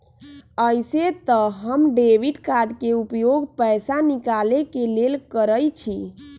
अइसे तऽ हम डेबिट कार्ड के उपयोग पैसा निकाले के लेल करइछि